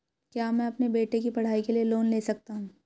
क्या मैं अपने बेटे की पढ़ाई के लिए लोंन ले सकता हूं?